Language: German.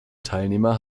teilnehmer